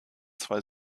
zwei